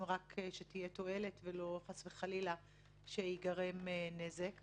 שתהיה רק תועלת ולא שייגרם נזק חס וחלילה.